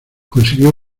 consiguió